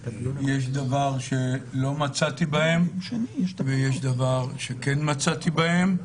יש דבר שלא מצאתי בהם ויש דבר שכן מצאתי בהם.